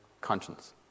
conscience